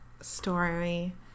story